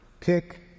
Pick